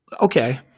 Okay